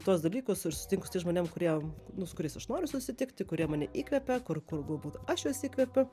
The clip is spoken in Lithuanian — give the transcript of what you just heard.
tuos dalykus ir susitinku su tais žmonėms kurie nu su kuriais aš noriu susitikti kurie mane įkvepia kur kur galbūt aš juos įkvepiu